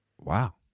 wow